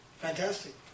Fantastic